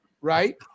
right